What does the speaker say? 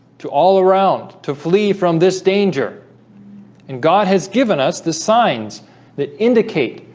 to all around to flee from this danger and god has given us the signs that indicate